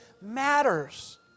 matters